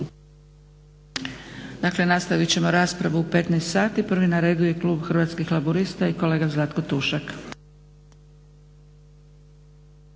Dakle nastavit ćemo raspravu u 15,00 sati. Prvi na redu je klub Hrvatskih laburista i kolega Zlatko Tušak.